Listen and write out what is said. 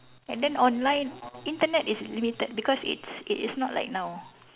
and then online Internet is limited because it's it is not like now